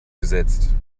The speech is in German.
gesetzt